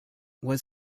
was